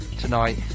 tonight